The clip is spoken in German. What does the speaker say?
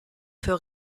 für